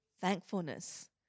thankfulness